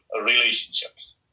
relationships